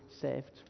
saved